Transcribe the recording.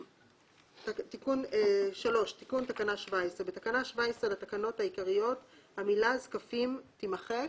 תיקון תקנה 17 3. בתקנה 17 לתקנות העיקריות המילה "זקפים" תימחק."